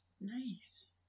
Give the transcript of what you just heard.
Nice